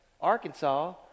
Arkansas